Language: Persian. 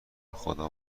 خدا